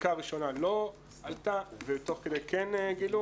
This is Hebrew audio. הבדיקה הראשונה לא עלתה ותוך כדי כן גילו,